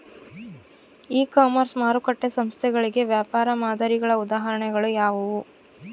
E commerce ಮಾರುಕಟ್ಟೆ ಸ್ಥಳಗಳಿಗೆ ವ್ಯಾಪಾರ ಮಾದರಿಗಳ ಉದಾಹರಣೆಗಳು ಯಾವುವು?